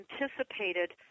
anticipated